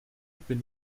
bin